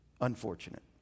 unfortunate